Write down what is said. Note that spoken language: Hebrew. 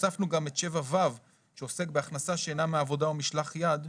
והוספנו גם את 7ו שעוסק בהכנסה שאינה מעבודה או משלח יד,